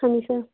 ਹਾਂਜੀ ਸਰ